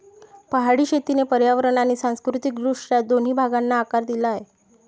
पहाडी शेतीने पर्यावरण आणि सांस्कृतिक दृष्ट्या दोन्ही भागांना आकार दिला आहे